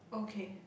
okay